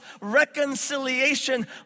reconciliation